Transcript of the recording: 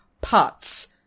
pots